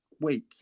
week